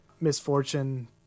misfortune